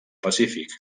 pacífic